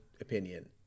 opinion